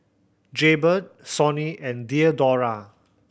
Jaybird Sony and Diadora